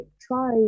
try